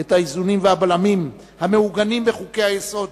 את האיזונים והבלמים המעוגנים בחוקי-היסוד